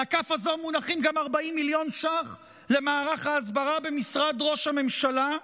על הכף הזאת מונחים גם 40 מיליון ש"ח למערך ההסברה במשרד ראש הממשלה,